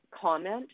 comment